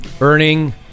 Earning